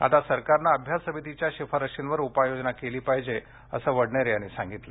आता सरकारने अभ्यास समितीच्या शिफारशीवर उपाय योजना केली पाहिजे असं वडनेरे यांनी सांगितले